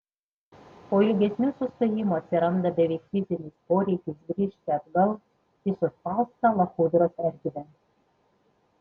po ilgesnių sustojimų atsiranda beveik fizinis poreikis grįžti atgal į suspaustą lachudros erdvę